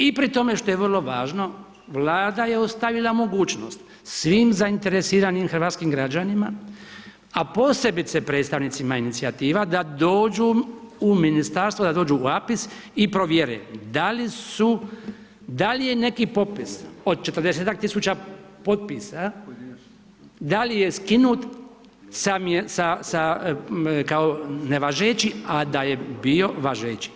I pri tome što je vrlo važno Vlada je ostavila mogućnost svim zainteresiranim hrvatskim građanima, a posebice predstavnicima inicijativa da dođu u ministarstvo, da dođu u APIS i provjere da li su, da li je neki potpis od 40-tak tisuća potpisa, da li je skinut sa kao nevažeći, a da je bio važeći.